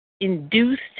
induced